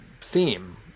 theme